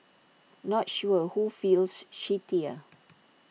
not sure who feels shittier